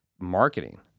marketing